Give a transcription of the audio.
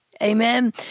Amen